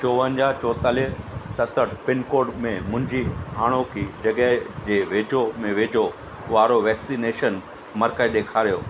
चोवंजाह चोएतालीह सतरि पिनकोड में मुंहिंजी हाणोकी जॻहि जे वेझो में वेझो वारो वैक्सनेशन मर्कज़ु ॾेखारियो